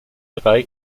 drei